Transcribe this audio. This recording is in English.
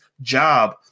job